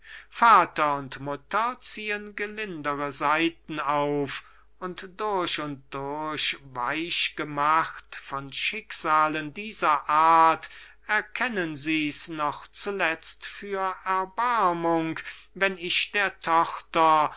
vater und mutter ziehen gelindere saiten auf und durch und durch weich gemacht von schicksalen dieser art erkennen sie's noch zuletzt für erbarmung wenn ich der tochter